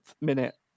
minute